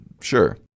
sure